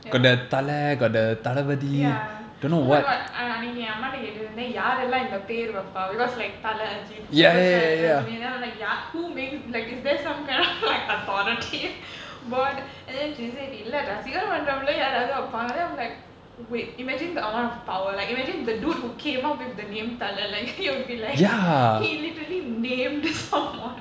ya ya oh my god நீங்கஎன்அம்மாகிட்டயாருலாம்இந்தபேருவைப்பா:neenka en amma kitta yaarulaam indha peru vaippa because like Thala ajithumar superstar rajinikanth then I'm like ya who makes like is there some kind of like authority but and then she said இல்லரசிகர்மன்றத்துலயாராச்சும்வைப்பாங்க:illa rasikar mandrathula yaarachum vaippanka then I'm like wait imagine the amount of power like imagine the dude who came up with the name Thala like he will be like he literally named someone